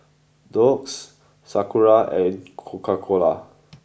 Doux Sakura and Coca Cola